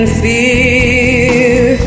fear